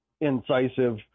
incisive